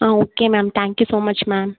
ah okay ma'am thank you so much ma'am